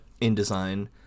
InDesign